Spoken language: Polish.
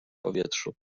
powietrzu